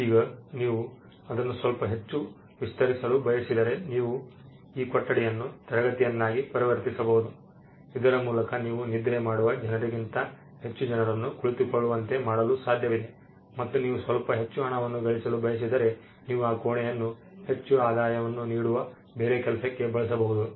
ಈಗ ನೀವು ಅದನ್ನು ಸ್ವಲ್ಪ ಹೆಚ್ಚು ವಿಸ್ತರಿಸಲು ಬಯಸಿದರೆ ನೀವು ಕೊಠಡಿಯನ್ನು ತರಗತಿಯನ್ನಾಗಿ ಪರಿವರ್ತಿಸಬಹುದು ಇದರ ಮೂಲಕ ನೀವು ನಿದ್ರೆ ಮಾಡುವ ಜನರಿಗಿಂತ ಹೆಚ್ಚು ಜನರನ್ನು ಕುಳಿತುಕೊಳ್ಳುವಂತೆ ಮಾಡಲು ಸಾಧ್ಯವಿದೆ ಮತ್ತು ನೀವು ಸ್ವಲ್ಪ ಹೆಚ್ಚು ಹಣವನ್ನು ಗಳಿಸಲು ಬಯಸಿದರೆ ನೀವು ಆ ಕೋಣೆಯನ್ನು ಹೆಚ್ಚು ಆದಾಯವನ್ನು ನೀಡುವ ಬೇರೆ ಕೆಲಸಕ್ಕೆ ಬಳಸಬಹುದು